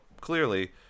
clearly